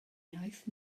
iaith